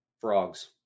frogs